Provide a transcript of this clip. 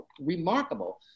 remarkable